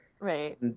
Right